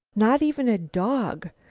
not even a dog!